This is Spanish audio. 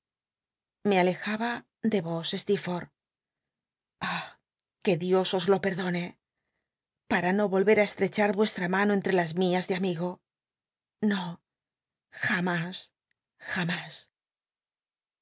me alejaba de yos sleerforlh ah que dios os lo perdone para no y olvet á estrecha vuestra mano entre las mias ele amigo no jam is jamás